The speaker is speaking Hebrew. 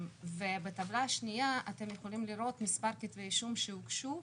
בטבלה השניה אתם יכולים לראות מספר כתבי אישום שהוגשו.